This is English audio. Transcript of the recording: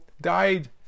died